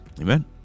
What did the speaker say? Amen